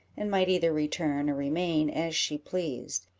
and might either return or remain, as she pleased.